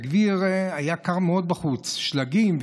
היה קר מאוד בחוץ, שלגים.